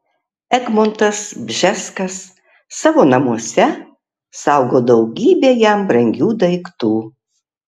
egmontas bžeskas savo namuose saugo daugybę jam brangių daiktų